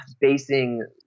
basing